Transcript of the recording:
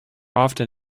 often